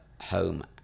Home